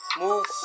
move